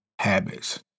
Habits